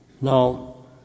Now